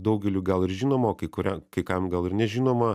daugeliui gal ir žinomą o kai kurią kai kam gal ir nežinomą